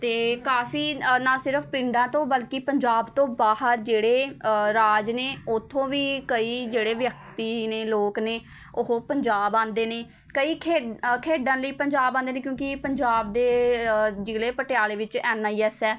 ਅਤੇ ਕਾਫੀ ਨਾ ਸਿਰਫ ਪਿੰਡਾਂ ਤੋਂ ਬਲਕਿ ਪੰਜਾਬ ਤੋਂ ਬਾਹਰ ਜਿਹੜੇ ਰਾਜ ਨੇ ਉੱਥੋਂ ਵੀ ਕਈ ਜਿਹੜੇ ਵਿਅਕਤੀ ਨੇ ਲੋਕ ਨੇ ਉਹ ਪੰਜਾਬ ਆਉਂਦੇ ਨੇ ਕਈ ਖੇਡ ਖੇਡਣ ਲਈ ਪੰਜਾਬ ਆਉਂਦੇ ਨੇ ਕਿਉਂਕਿ ਪੰਜਾਬ ਦੇ ਜ਼ਿਲ੍ਹੇ ਪਟਿਆਲੇ ਵਿੱਚ ਐੱਨ ਆਈ ਐੱਸ ਹੈ